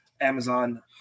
Amazon